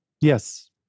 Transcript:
yes